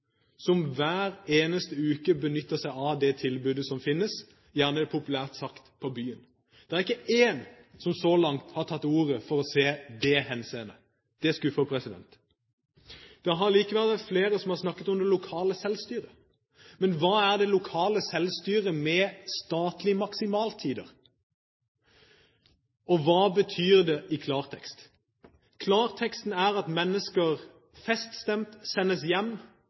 som hver eneste uke benytter seg av det tilbudet som finnes, gjerne populært sagt «på byen». Det er ikke én som så langt har tatt ordet for å se det henseendet – det skuffer. Det har likevel vært flere som har snakket om det lokale selvstyret. Men hva er det lokale selvstyret med statlige maksimaltider? Og hva betyr det i klartekst? Klarteksten er at mennesker feststemt sendes hjem